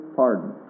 pardon